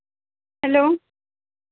hello